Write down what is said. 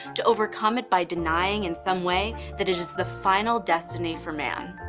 to overcome it by denying in some way that it is the final destiny for man.